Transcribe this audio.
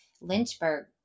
Lynchburg